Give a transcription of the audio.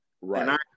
Right